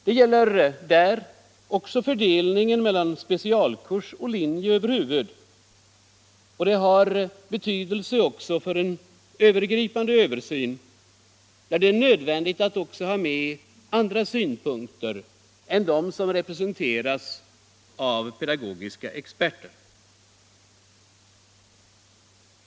Det gäller där också fördelningen mellan specialkurs och linje över huvud, och det har betydelse även för en mer övergripande översyn där det är nödvändigt att också ha med andra synpunkter än dem som representeras av pedagogiska experter.